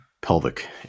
pelvic